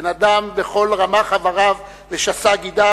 בן-אדם בכל רמ"ח איבריו ושס"ה גידיו,